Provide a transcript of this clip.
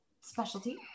Specialty